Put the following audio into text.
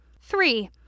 Three